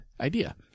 idea